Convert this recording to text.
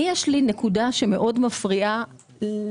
יש נקודה שמאוד מפריעה לי,